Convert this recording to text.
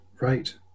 Right